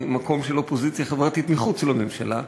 ממקום של אופוזיציה חברתית מחוץ לממשלה.